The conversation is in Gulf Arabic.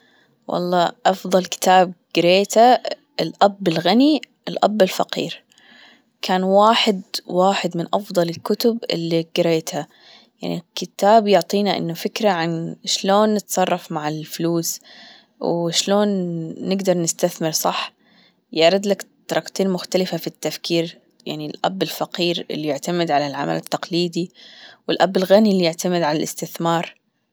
والله أفضل كتاب جريته الأب الغني الأب الفقير كان واحد واحد من أفضل الكتب اللي جريتها يعني كتاب يعطينا أنه فكرة عن شلون نتصرف مع الفلوس وشلون نقدر نستثمر صح؟ يعرض لك درجتين مختلفة في التفكير يعني الأب الفقير اللي يعتمد على العمل التقليدي والأب الغني اللي يعتمد على الإستثمار.